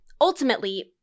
ultimately